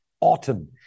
autumn